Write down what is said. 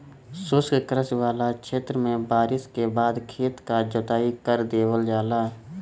शुष्क कृषि वाला क्षेत्र में बारिस के बाद खेत क जोताई कर देवल जाला